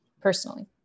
personally